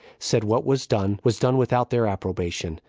said what was done was done without their approbation,